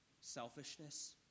selfishness